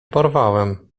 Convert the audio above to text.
porwałem